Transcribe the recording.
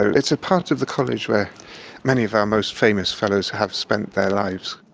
it's a part of the college where many of our most famous fellows have spent their lives.